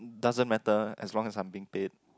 doesn't matter as long as I'm being paid